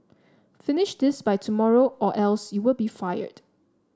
finish this by tomorrow or else you'll be fired